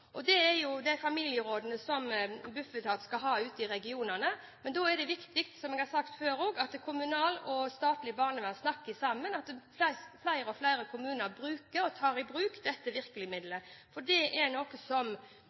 og medvirkning. Det er jo familierådene som Bufetat skal ha ute i regionene. Men da er det viktig, som jeg også har sagt før, at kommunalt og statlig barnevern snakker sammen, og at flere og flere kommuner tar i bruk dette virkemiddelet. Det er noe som